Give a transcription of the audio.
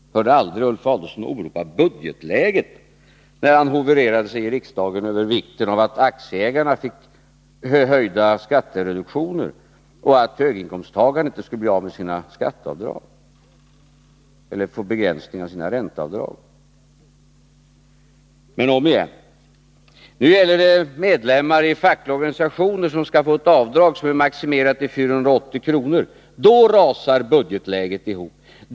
Jag hörde aldrig Ulf Adelsohn åberopa budgetläget när han hoverade sig i riksdagen över att man uppmärksammat vikten av att aktieägarna fick höjda skattereduktioner och att höginkomsttagarna inte skulle få sänkta skatteavdrag eller begränsning i sina ränteavdrag. Men, om igen: Nu gäller det medlemmar av fackliga organisationer som skall få ett avdrag som är maximerat till 480 kr. Då rasar budgetläget ihop.